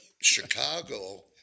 Chicago